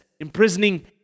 imprisoning